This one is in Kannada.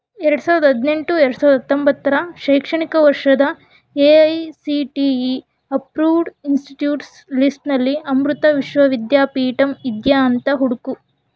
ಎರಡು ಸಾವಿರದ ಹದಿನೆಂಟು ಎರಡು ಸಾವಿರದ ಹತ್ತೊಂಬತ್ತರ ಶೈಕ್ಷಣಿಕ ವರ್ಷದ A I C T E approved institutes ಲಿಸ್ಟ್ನಲ್ಲಿ ಅಮೃತ ವಿಶ್ವವಿದ್ಯಾಪೀಠಂ ಇದ್ಯಾ ಅಂತ ಹುಡುಕು